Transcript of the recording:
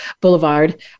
Boulevard